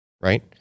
Right